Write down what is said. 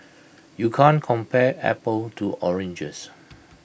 you can't compare apples to oranges